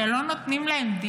שלא נותנים להם,